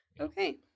Okay